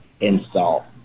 install